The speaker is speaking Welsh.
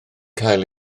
cael